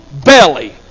belly